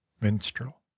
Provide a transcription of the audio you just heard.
minstrel